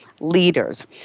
leaders